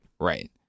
Right